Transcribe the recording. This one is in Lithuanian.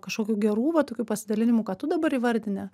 kažkokių gerų va tokių pasidalinimų ką tu dabar įvardini